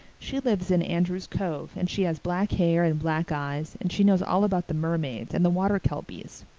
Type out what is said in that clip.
she lives in andrews' cove and she has black hair and black eyes, and she knows all about the mermaids and the water kelpies.